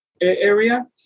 area